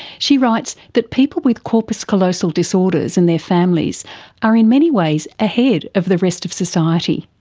she writes that people with corpus callosal disorders and their families are in many ways ahead of the rest of society.